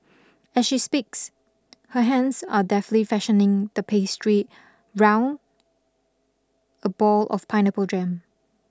as she speaks her hands are deftly fashioning the pastry round a ball of pineapple jam